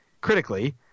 critically